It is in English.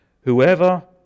Whoever